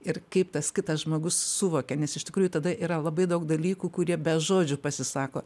ir kaip tas kitas žmogus suvokia nes iš tikrųjų tada yra labai daug dalykų kurie be žodžių pasisako